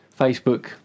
Facebook